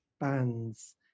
bands